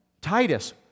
Titus